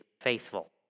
faithful